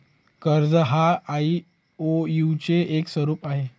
कर्ज हा आई.ओ.यु चे एक स्वरूप आहे